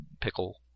pickle